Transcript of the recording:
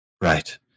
Right